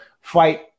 fight